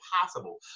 possible